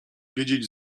wiedzieć